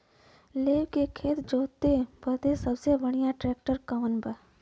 लेव के खेत जोते बदे सबसे बढ़ियां ट्रैक्टर कवन बा?